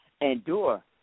endure